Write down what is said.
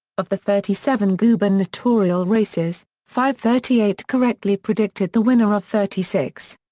of the thirty seven gubernatorial races, fivethirtyeight correctly predicted the winner of thirty six.